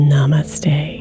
Namaste